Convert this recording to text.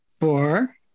Four